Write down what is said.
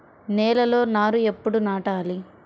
నేలలో నారు ఎప్పుడు నాటాలి?